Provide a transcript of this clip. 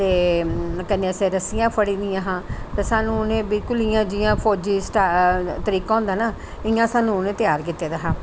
ते कन्नै असें रस्सियां फड़ी दियां हियां ते स्हानू उनें बिल्कुल इयां फौजी तरीका होंदा नेई इयां स्हानू उनें त्यार कीते दा हा